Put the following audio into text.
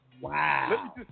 Wow